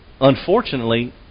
Unfortunately